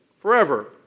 forever